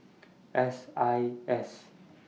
S I S